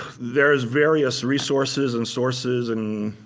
there is various resources and sources and